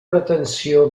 pretensió